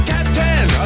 Captain